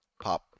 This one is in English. pop